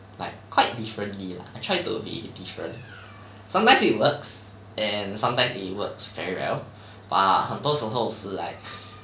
like quite differently lah I try to be different sometimes it works and sometimes it works very well but 很多时候是 like